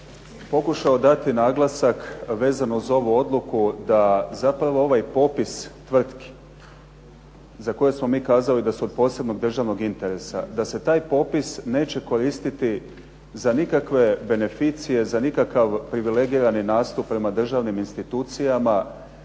pokušao dati naglasak vezano za ovu odluku da zapravo ovaj popis tvrtki za koje smo mi kazali da su od posebnog državnog interesa, da se taj popis neće koristiti za nikakve beneficije, za nikakav privilegirani nastup prema državnim institucijama.